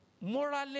Morally